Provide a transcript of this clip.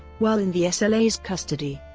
while in the sla's custody,